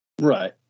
right